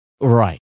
Right